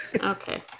Okay